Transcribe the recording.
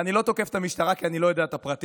ואני לא תוקף את המשטרה כי אני לא יודע את הפרטים.